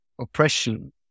oppression